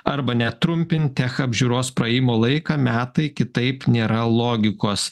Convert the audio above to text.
arba netrumpinttech apžiūros praėjimo laiką metai kitaip nėra logikos